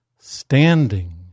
standing